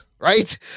right